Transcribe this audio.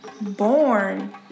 born